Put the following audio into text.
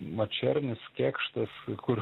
mačernis kėkštas kur